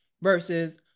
versus